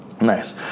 Nice